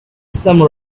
some